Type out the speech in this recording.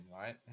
right